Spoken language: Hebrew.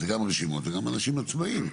זה גם רשימות וגם אנשים עצמאיים,